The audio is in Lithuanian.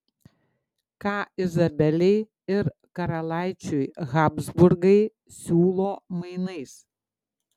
ką izabelei ir karalaičiui habsburgai siūlo mainais